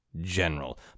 General